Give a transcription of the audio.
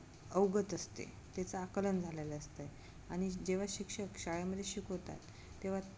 अवगत असते त्याचं आकलन झालेलं असतं आणि जेव्हा शिक्षक शाळेमध्ये शिकवतात तेव्हा